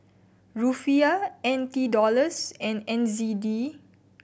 Rufiyaa N T Dollars and N Z D